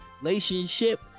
Relationship